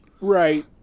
Right